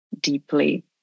deeply